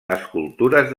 escultures